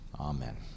Amen